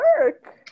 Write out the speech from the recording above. work